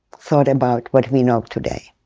thought about what we know today.